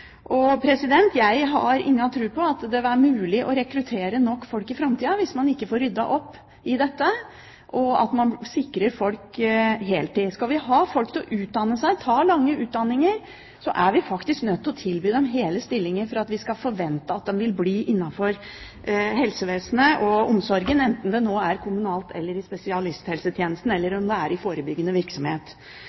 Jeg har ingen tro på at det er mulig å rekruttere nok folk i framtida hvis man ikke får ryddet opp i dette og får sikret folk heltid. Vi er faktisk nødt til å tilby hele stillinger for å få folk til å utdanne seg, ta lange utdanninger, og for å få dem til å bli innenfor helsevesenet og omsorgssektoren, enten det er kommunalt, i spesialisthelsetjenesten eller om det er i forebyggende virksomhet.